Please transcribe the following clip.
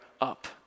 up